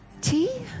tea